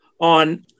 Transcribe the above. on